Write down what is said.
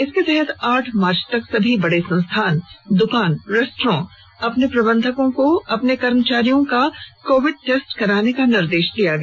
इसके तहत आठ मार्च तक सभी बड़े संस्थान दुकान रेस्टोर्रेट के प्रबंधकों को अपने कर्मचारियों का कोविड टेस्ट कराने का निर्देश दिया गया